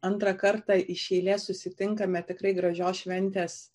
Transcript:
antrą kartą iš eilės susitinkame tikrai gražios šventės